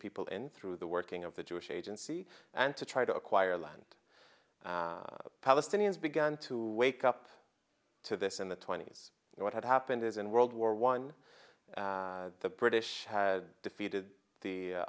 people in through the working of the jewish agency and to try to acquire land palestinians began to wake up to this in the twenty's and what had happened is in world war one the british had defeated the